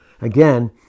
again